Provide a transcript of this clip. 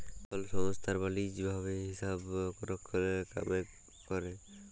call সংস্থায় বা lease ভাবে হিসাবরক্ষলের কামে ক্যরে